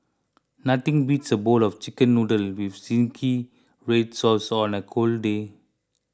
nothing beats a bowl of Chicken Noodles with Zingy Red Sauce on a cold day